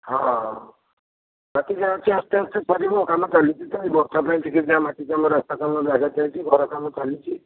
ହଁ ଦେଖି ଚାହୁଁଛି ଆସ୍ତେ ଆସ୍ତେ ସରିବ କାମ ଚାଲିଛି ତ ଏହି ବର୍ଷା ପାଇଁ ଟିକେ ଯାହା ମାଟି କାମ ରାସ୍ତା କାମ ବ୍ୟାଘାତ ହୋଇଛି ଘର କାମ ଚାଲିଛି